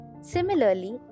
similarly